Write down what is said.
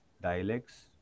dialects